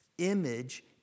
image